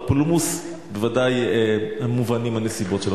הפולמוס, ודאי מובנות הנסיבות שלו.